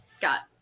got